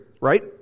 Right